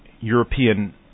European